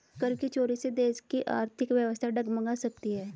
कर की चोरी से देश की आर्थिक व्यवस्था डगमगा सकती है